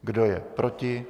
Kdo je proti?